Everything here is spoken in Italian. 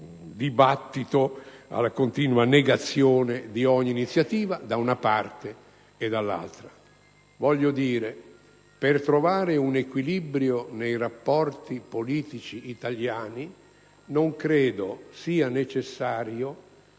dibattito e alla continua negazione di ogni iniziativa, da una parte e dall'altra. Voglio dire: per trovare un equilibrio nei rapporti politici italiani non credo sia necessario